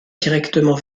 directement